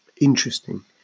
interesting